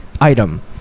item